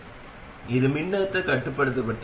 அதைக் கணக்கிடுவதும் மிகவும் எளிதானது என்பதைச் செய்வோம்